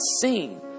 seen